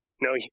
no